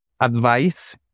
advice